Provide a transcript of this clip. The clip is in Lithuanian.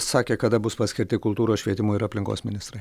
sakė kada bus paskirti kultūros švietimo ir aplinkos ministrai